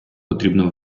потрібно